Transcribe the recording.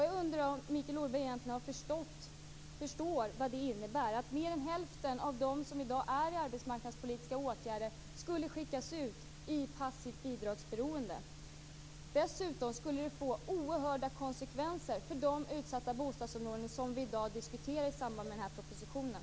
Jag undrar om Mikael Odenberg egentligen förstår vad det skulle innebära om mer än hälften av dem som i dag är i arbetsmarknadspolitiska åtgärder skickades ut i passivt bidragsberoende. Dessutom skulle det få oerhörda konsekvenser för de utsatta bostadsområden som vi i dag diskuterar i samband med propositionen.